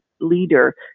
leader